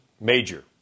Major